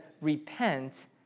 repent